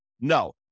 No